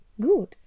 Good